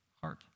heart